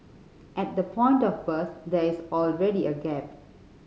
at the point of birth there is already a gap